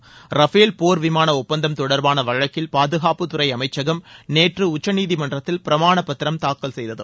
Rafale போர் விமான ஒப்பந்தம் தொடர்பான வழக்கில் பாதகாப்புத்துறை அமைச்சகம் நேற்று உச்சநீதிமன்றத்தில் பிரமாண பத்திரம் தாக்கல் செய்தது